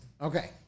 Okay